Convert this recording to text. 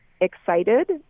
excited